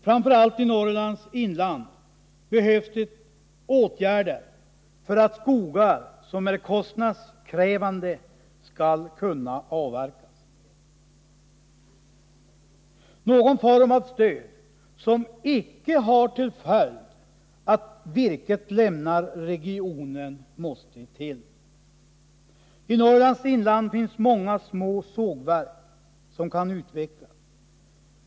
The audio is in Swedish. Framför allt i Norrlands inland behövs det åtgärder för att skogar som är kostnadskrävande skall kunna avverkas. Någon form av stöd som icke har till följd att virket lämnar regionen måste till. I Norrlands inland finns många små sågverk som kan utvecklas.